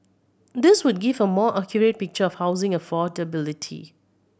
these would give a more accurate picture of housing affordability